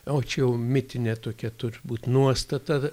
o čia jau mitinė tokia turbūt nuostata